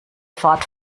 fahrt